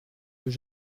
deux